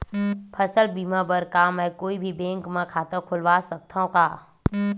फसल बीमा बर का मैं कोई भी बैंक म खाता खोलवा सकथन का?